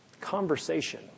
Conversation